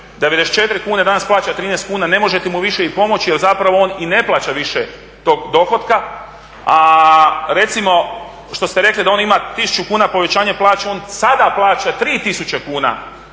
94 kune, danas plaća 13 kuna, ne možete mu više ni pomoći jer zapravo on i ne plaća više tog dohotka. A recimo što ste rekli da on ima tisuću kuna povećanje plaće, on sada plaća 3 tisuće